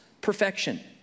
perfection